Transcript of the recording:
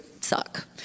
suck